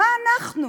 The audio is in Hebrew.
מה אנחנו?